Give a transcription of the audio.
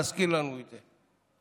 להזכיר לנו את זה.